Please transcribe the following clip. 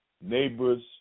neighbors